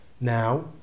now